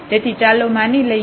તેથી ચાલો માની લઈએ